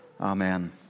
Amen